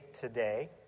today